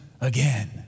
again